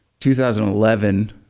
2011